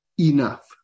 enough